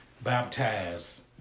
baptized